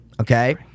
okay